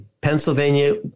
Pennsylvania